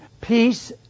peace